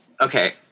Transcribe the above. Okay